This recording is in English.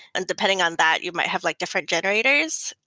and depending on that, you might have like different generators.